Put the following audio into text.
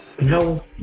No